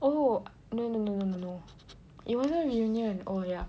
oh no no no no no it wasn't reunion oh yeah